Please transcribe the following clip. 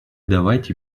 давайте